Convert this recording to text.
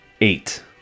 Eight